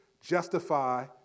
justify